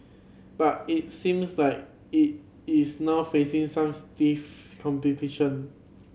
but it seems like it is now facing some stiff competition